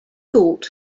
thought